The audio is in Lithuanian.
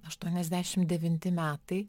aštuoniasdešim devinti metai